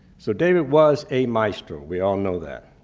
so david was a maestro. we all know that.